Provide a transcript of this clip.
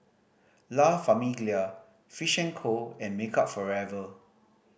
La Famiglia Fish and Co and Makeup Forever